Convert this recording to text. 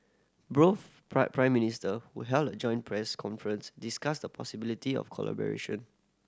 both Prime Prime Minister who held a joint press conference discussed the possibility of collaboration